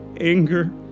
anger